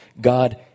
God